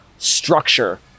structure